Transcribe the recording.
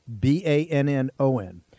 B-A-N-N-O-N